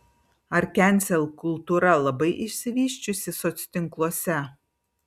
ar kensel kultūra labai išsivysčiusi soctinkluose